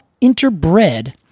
interbred